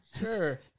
Sure